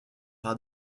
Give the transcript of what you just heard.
par